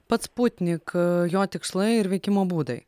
pats sputnik jo tikslai ir veikimo būdai